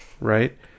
Right